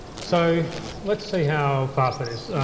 so let's see how fast that is.